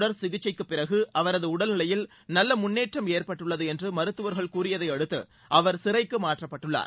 தொடர் சிகிச்சைக்குப் பிறகு அவரது உடல்நிலையில் நல்ல முன்னேற்றம் ஏற்பட்டுள்ளது என்று மருத்துவர்கள் கூறியதை அடுத்து அவர் சிறைக்கு மாற்றப்பட்டுள்ளார்